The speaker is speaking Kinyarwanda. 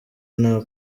nta